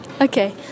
Okay